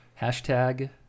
Hashtag